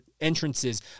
entrances